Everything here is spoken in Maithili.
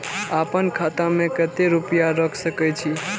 आपन खाता में केते रूपया रख सके छी?